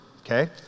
okay